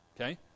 Okay